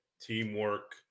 teamwork